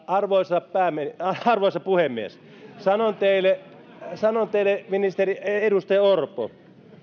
arvoisa arvoisa puhemies sanon teille sanon teille edustaja orpo